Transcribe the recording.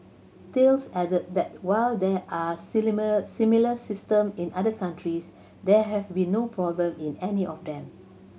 Thales added that while there are similar system in other countries there have been no problem in any of them